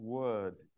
word